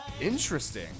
Interesting